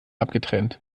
abgetrennt